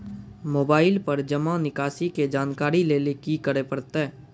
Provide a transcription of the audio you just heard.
Mobile पर जमा निकासी के जानकरी लेली की करे परतै?